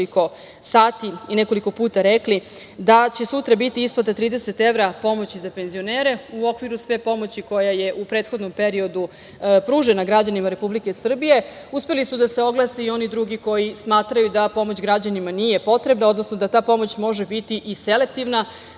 nekoliko sati i nekoliko puta rekli da će sutra biti isplata 30 evra pomoći za penzionere u okviru sve pomoći koja je u prethodnom periodu pružena građanima Republike Srbije, uspeli su da se oglase i oni drugi koji smatraju da pomoć građanima nije potrebna, odnosno da ta pomoć može biti i selektivna